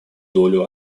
долю